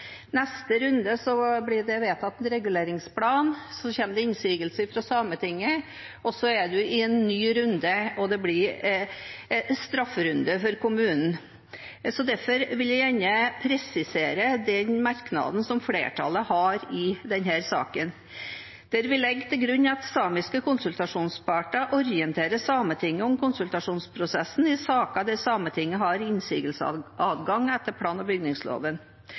neste runde blir det vedtatt en reguleringsplan, så kommer det innsigelser fra Sametinget, og så er man i en ny runde – og det blir strafferunde for kommunen. Derfor vil jeg gjerne presisere den merknaden som flertallet har i denne saken, der vi legger til grunn at samiske konsultasjonsparter orienterer Sametinget om konsultasjonsprosessen i saker der Sametinget har innsigelsesadgang etter plan- og bygningsloven.